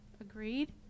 Agreed